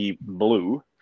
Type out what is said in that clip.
Blue